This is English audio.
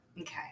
Okay